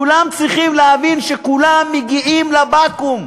כולם צריכים להבין שכולם מגיעים לבקו"ם.